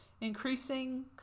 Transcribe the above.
increasing